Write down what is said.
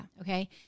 Okay